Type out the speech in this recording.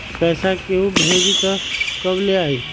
पैसा केहु भेजी त कब ले आई?